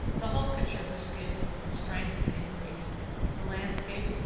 the whole picture was beautiful in strength and in grace the landscape,